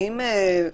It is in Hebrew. האם אם